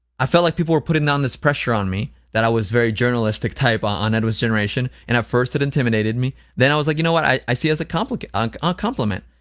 i felt like people were putting down this pressure on me that i was very journalistic type um on edwin's generation and, at first, it intimidated me, then i was like, you know what? i see as a compliment. um ah